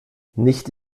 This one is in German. nicht